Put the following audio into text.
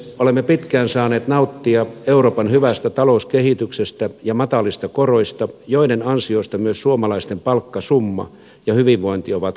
olemme pitkään saaneet nauttia euroopan hyvästä talouskehityksestä ja matalista koroista joiden ansiosta myös suomalaisten palkkasumma ja hyvinvointi ovat kasvaneet